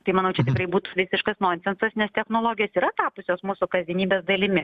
tai manau čia tikrai būtų visiškas nonsensas nes technologijos yra tapusios mūsų kasdienybės dalimi